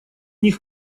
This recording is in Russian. них